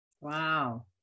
wow